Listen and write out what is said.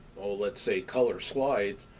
oh, let's say, color slides,